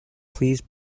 please